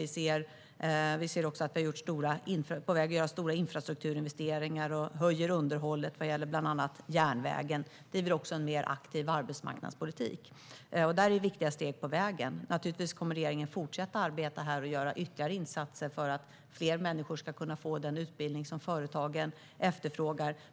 Vi är också på väg att göra stora infrastrukturinvesteringar, och vi ökar underhållet vad gäller bland annat järnvägen. Vi driver också en mer aktiv arbetsmarknadspolitik. Detta är viktiga steg på vägen. Naturligtvis kommer regeringen att fortsätta att arbeta och göra ytterligare insatser för att fler människor ska kunna få den utbildning som företagen efterfrågar.